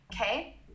Okay